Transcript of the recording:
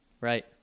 Right